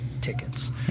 tickets